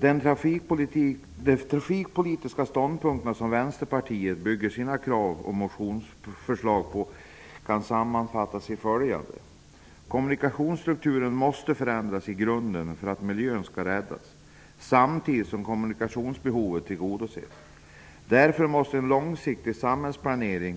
Herr talman! De trafikpolitiska ståndpunkter som Vänsterpartiet bygger sina krav och motionsförslag på kan sammanfattas enligt följande: 1. Kommunikationsstrukturen måste förändras i grunden för att miljön skall räddas, samtidigt som kommunikationsbehoven tillgodoses. Därför måste en långsiktig samhällsplanering